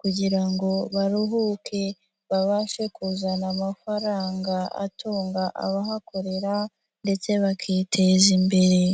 kugira ngo baruhuke, babashe kuzana amafaranga atunga abahakorera ndetse bakiteza imbere.